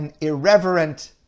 irreverent